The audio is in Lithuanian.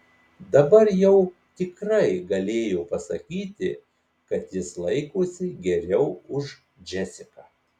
dabar jau tikrai galėjo pasakyti kad jis laikosi geriau už džesiką